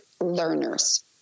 learners